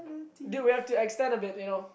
dude we have to extend a bit you know